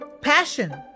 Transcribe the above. passion